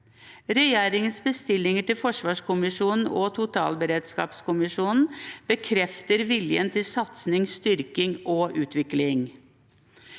Regjeringens bestillinger til forsvarskommisjonen og totalberedskapskommisjonen bekrefter viljen til satsing, styrking og utvikling.